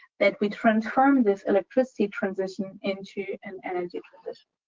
that we transform this electricity transition into an energy position.